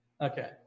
Okay